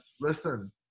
listen